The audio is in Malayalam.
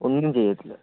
ഒന്നും ചെയ്തിട്ടില്ല